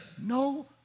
no